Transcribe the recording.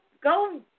go